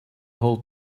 hold